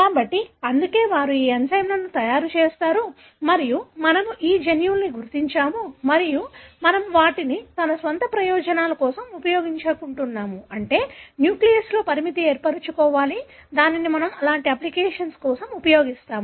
కాబట్టి అందుకే వారు ఈ ఎంజైమ్లను తయారు చేస్తారు మరియు మేము ఈ జన్యువులను గుర్తించాము మరియు మనము వాటిని మన స్వంత ప్రయోజనం కోసం ఉపయోగించుకుంటున్నాము అంటే న్యూక్లియస్లలో పరిమితిని ఏర్పరుచుకోవాలి దానిని మనము అలాంటి అప్లికేషన్ల కోసం ఉపయోగిస్తాము